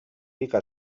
pica